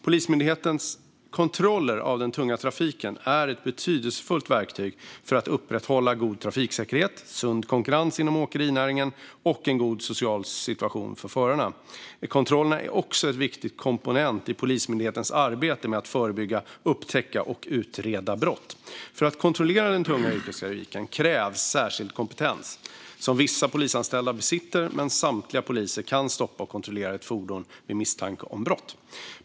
Polismyndighetens kontroller av den tunga trafiken är ett betydelsefullt verktyg för att upprätthålla god trafiksäkerhet, sund konkurrens inom åkerinäringen och en god social situation för förarna. Kontrollerna är också en viktig komponent i Polismyndighetens arbete med att förebygga, upptäcka och utreda brott. För att kontrollera den tunga yrkestrafiken krävs särskild kompetens, som vissa polisanställda besitter, men samtliga poliser kan stoppa och kontrollera ett fordon vid misstanke om brott.